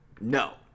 no